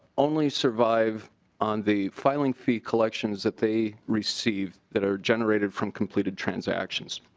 only survive on the filing fee collection that they receive that are generated from completed transactions.